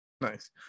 Nice